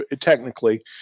technically